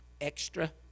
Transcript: extra